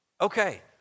Okay